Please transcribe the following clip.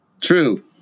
True